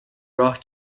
راه